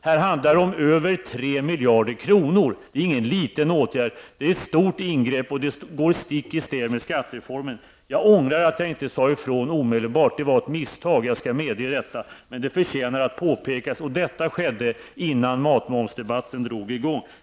Det handlar om över 3 miljarder kronor och det är inte fråga om någon liten åtgärd. Det är ett stort ingrepp som går stick i stäv mot skattereformen. Jag ångrar att jag inte sade ifrån omedelbart -- jag medger att det var ett misstag. Men detta förtjänar att påpekas, och att det skedde innan momsdebatten drog i gång.